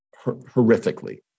horrifically